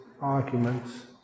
arguments